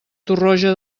torroja